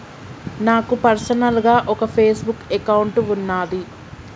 నాకు పర్సనల్ గా ఒక ఫేస్ బుక్ అకౌంట్ వున్నాది